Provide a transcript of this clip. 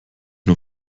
nur